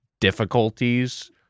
difficulties